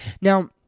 now